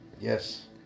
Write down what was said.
Yes